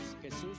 Jesús